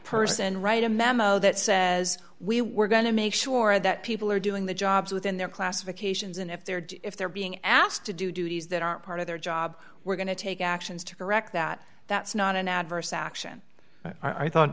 person write a memo that says we we're going to make sure that people are doing the jobs within their classifications and if they're if they're being asked to do duties that are part of their job we're going to take actions to correct that that's not an adverse action i thought